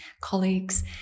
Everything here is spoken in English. colleagues